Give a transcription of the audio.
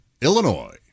Illinois